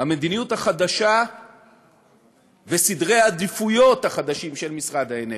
המדיניות החדשה וסדרי העדיפויות החדשים של משרד האנרגיה.